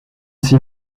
six